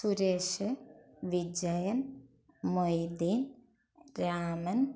Suresh Vijayan Moideen Raman